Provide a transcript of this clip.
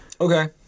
Okay